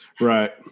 right